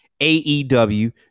AEW